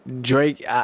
Drake